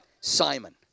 Simon